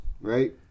right